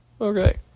Okay